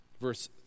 Verse